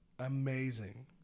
amazing